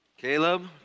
Caleb